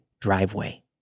driveway